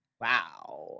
Wow